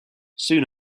soon